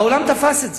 העולם תפס את זה,